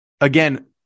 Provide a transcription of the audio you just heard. again